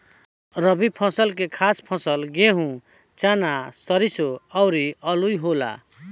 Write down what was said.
रबी फसल के खास फसल गेहूं, चना, सरिसो अउरू आलुइ होला